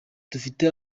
dufite